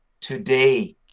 today